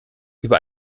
über